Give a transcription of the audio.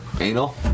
Anal